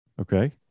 Okay